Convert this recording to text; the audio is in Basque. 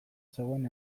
zegoen